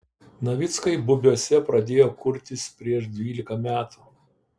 navickai bubiuose pradėjo kurtis prieš dvylika metų